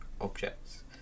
objects